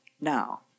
now